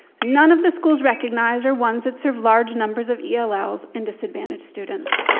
none of the schools recognized are ones that serve large numbers of ells and disadvantaged students.